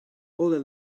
older